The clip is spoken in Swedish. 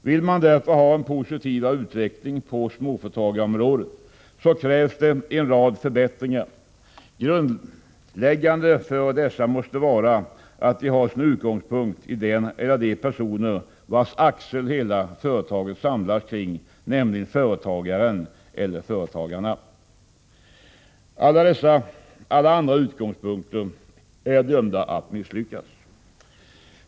Vill man ha en positivare utveckling på småföretagarområdet krävs det en rad förbättringar. Grundläggande för dessa måste vara att de har sin utgångspunkt i den eller de personer vars axel hela företaget samlas kring, nämligen företagaren eller företagarna. Alla andra utgångspunkter är dömda att misslyckas.